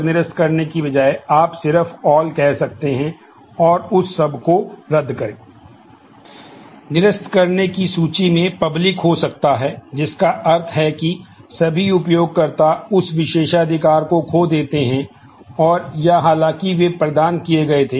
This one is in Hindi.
निरस्त करने की सूची में पब्लिक हो सकता है जिसका अर्थ है कि सभी उपयोगकर्ता उस विशेषाधिकार को खो देते हैं और या हालांकि वे प्रदान किए गए थे